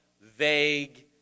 vague